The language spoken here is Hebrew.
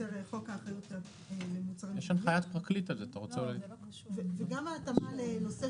גם מערכת אקולוגית וגם מערכת